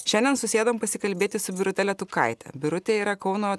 šiandien susėdom pasikalbėti su birute letukaite birutė yra kauno